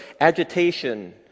agitation